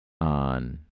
on